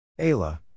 Ayla